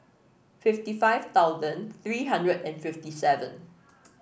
fifty five thousand three hundred and fifty seven